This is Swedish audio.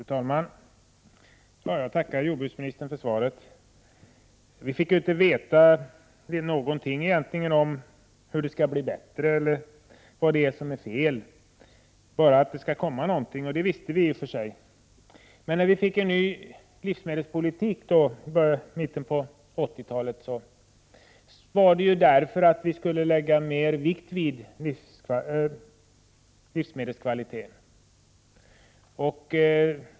Fru talman! Jag tackar jordbruksministern för svaret. Vi fick inte veta någonting om hur det skall bli bättre eller vad som är fel. Att det skall komma någonting visste vi förut. När vi fick en ny livsmedelspolitik i mitten av 1980-talet var det för att vi skulle lägga mer vikt vid livsmedelskvalitet.